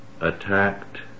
attacked